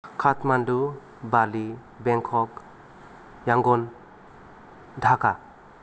Kathmandu Bali Bangkok Yangon Dhaka